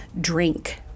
drink